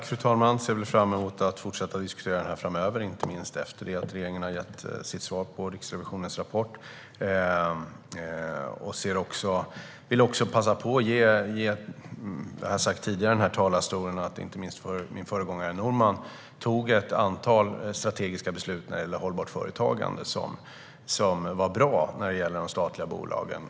Fru talman! Jag ser fram emot att fortsätta att diskutera den här frågan framöver, inte minst efter det att regeringen har gett sitt svar på Riksrevisionens rapport. Jag vill också passa på att ge - och det har jag sagt tidigare i den här talarstolen - beröm till min föregångare Norman. Han tog ett antal strategiska beslut som var bra när det gäller hållbart företagande och de statliga bolagen.